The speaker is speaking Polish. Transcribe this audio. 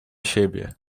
siebie